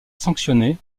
sanctionné